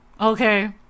Okay